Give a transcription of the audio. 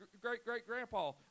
great-great-grandpa